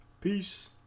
Peace